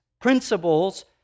principles